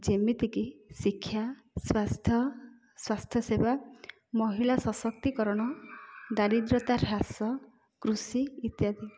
ଯେମିତିକି ଶିକ୍ଷା ସ୍ୱାସ୍ଥ୍ୟ ସ୍ୱାସ୍ଥ୍ୟସେବା ମହିଳା ସଶକ୍ତିକରଣ ଦାରିଦ୍ର୍ୟତା ହ୍ରାସ କୃଷି ଇତ୍ୟାଦି